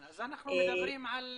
אז אנחנו מדברים על